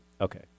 Okay